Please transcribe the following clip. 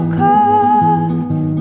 costs